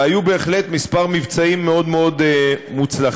היו בהחלט כמה מבצעים מאוד מאוד מוצלחים.